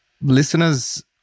listeners